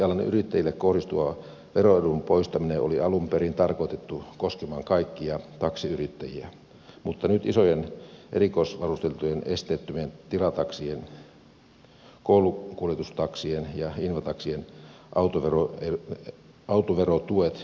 taksialan yrittäjiin kohdistuva veroedun poistaminen oli alun perin tarkoitettu koskemaan kaikkia taksiyrittäjiä mutta nyt isojen erikoisvarusteltujen esteettömien tilataksien koulukuljetustaksien ja invataksien autoverotuet kuitenkin säilytetään